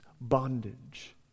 Bondage